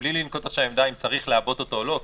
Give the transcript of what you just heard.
בלי לנקוט עכשיו עמדה אם צריך לעבות אותו או לא,